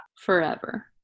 forever